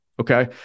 Okay